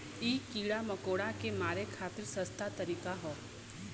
इ कीड़ा मकोड़ा के मारे खातिर सस्ता तरीका हौ